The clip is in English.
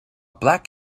black